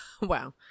Wow